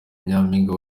nyampinga